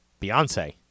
Beyonce